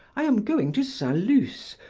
i am going to st. luce,